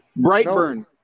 Brightburn